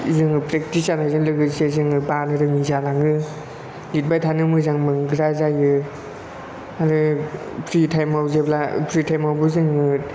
जोङो प्रेक्टिस जानायजों लोगोसे जोङो बानो रोङै जालाङो लिरबाय थानो मोजां मोनग्रा जायो आरो फ्रि टाइमयाव जेब्ला फ्रि टाइमावबो जोङो